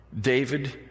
David